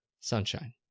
Sunshine